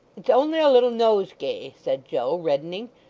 it's only a little nosegay said joe, reddening.